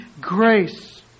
Grace